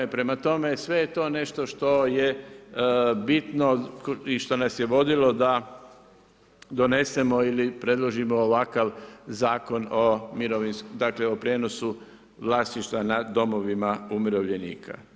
Prema tome, sve je to nešto što je bitno i što nas je vodilo da donesemo ili predložimo ovakav Zakon o mirovinskom, dakle o prijenosu vlasništva na domovima umirovljenika.